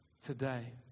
today